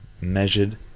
Measured